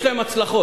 יש להם הצלחות.